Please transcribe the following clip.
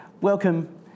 Welcome